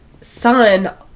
son